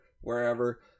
wherever